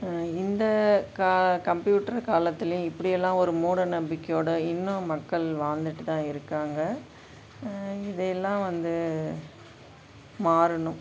இந்த க கம்ப்யூட்ரு காலத்துலேயும் இப்படியெல்லாம் ஒரு மூட நம்பிக்கையோடு இன்னும் மக்கள் வாழ்ந்துட்டு தான் இருக்காங்க இதெல்லாம் வந்து மாறணும்